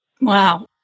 Wow